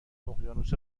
اقیانوس